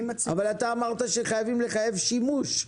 אבל אמרת שחייבים לחייב שימוש.